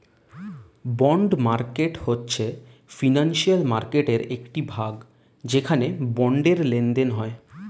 bond market হয়েছে financial মার্কেটয়ের একটি ভাগ যেখানে বন্ডের লেনদেন হয়